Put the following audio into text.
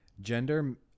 Gender